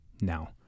Now